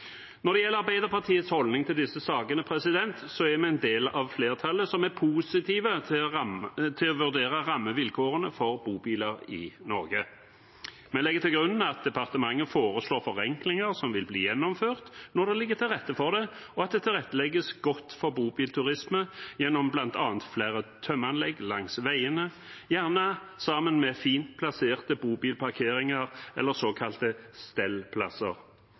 Når det gjelder Arbeiderpartiets holdning til disse sakene, er vi en del av flertallet som er positive til å vurdere rammevilkårene for bobiler i Norge. Vi legger til grunn at departementet foreslår forenklinger som vil bli gjennomført når det ligger til rette for det, og at det tilrettelegges godt for bobilturisme gjennom bl.a. flere tømmeanlegg langs veiene, gjerne sammen med fint plasserte bobilparkeringer eller såkalte stellplasser.